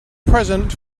present